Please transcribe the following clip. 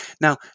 Now